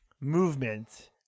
movement